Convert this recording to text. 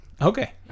Okay